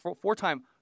four-time